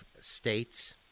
states